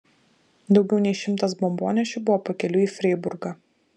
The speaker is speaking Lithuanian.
daugiau nei šimtas bombonešių buvo pakeliui į freiburgą